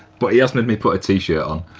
but he has made me put a t-shirt on.